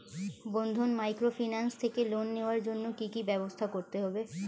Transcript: বন্ধন microfinance থেকে loan নেওয়ার জন্য কি কি ব্যবস্থা করতে হবে?